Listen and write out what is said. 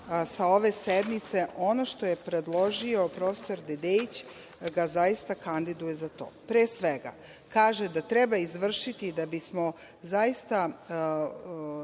sa ove sednice ono što je predložio profesor Dedeić ga zaista kandiduje za to. Pre svega, kaže da treba izvršiti da bismo zaista